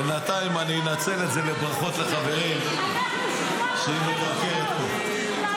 בינתיים אני אנצל את זה לברכות לחברים כשהיא מקרקרת פה.